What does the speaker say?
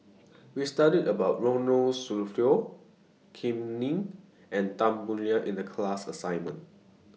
We studied about Ronald Susilo Kam Ning and Tan Boo Liat in The class assignment